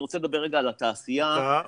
אני רוצה לדבר רגע על התעשייה האווירית,